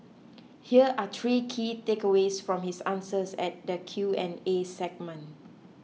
here are three key takeaways from his answers at the Q and A segment